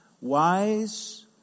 wise